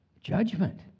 Judgment